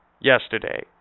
yesterday